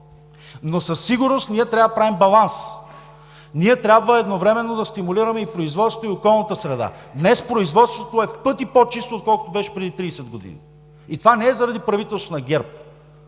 Но със сигурност трябва да правим баланс, трябва едновременно да стимулираме и производството, и околната среда. Днес производството е в пъти по-чисто, отколкото беше преди 30 години. И това не е заради правителството на ГЕРБ,